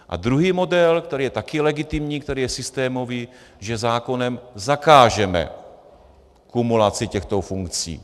A druhý model, který je také legitimní, který je systémový, že zákonem zakážeme kumulaci těchto funkcí.